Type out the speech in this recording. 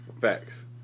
facts